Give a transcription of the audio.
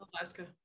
Alaska